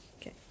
Okay